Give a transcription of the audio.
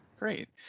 Great